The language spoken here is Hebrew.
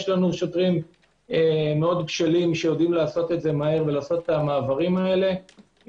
יש לנו שוטרים בשלים שיודעים לעשות את המעברים האלה מהר מאוד,